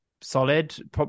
solid